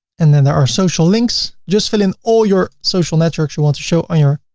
and then there are social links just fill in all your social networks you want to show on your.